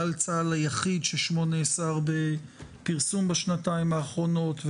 צה"ל היחיד ששמו נאסר בפרסום בשנתיים האחרונות.